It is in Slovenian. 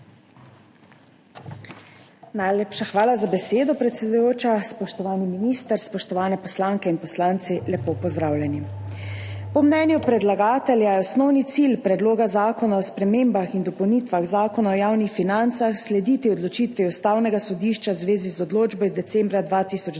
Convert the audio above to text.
Najlepša hvala za besedo, predsedujoča. Spoštovani minister, spoštovane poslanke in poslanci, lepo pozdravljeni! Po mnenju predlagateljaje osnovni cilj Predloga zakona o spremembah in dopolnitvah Zakona o javnih financah slediti odločitvi Ustavnega sodišča v zvezi z odločbo decembra 2020